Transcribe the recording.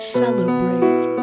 celebrate